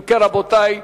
אם כן, רבותי,